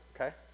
okay